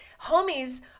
homies